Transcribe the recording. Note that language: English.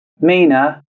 Mina